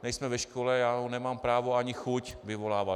Nejsme ve škole, já ho nemám právo ani chuť vyvolávat.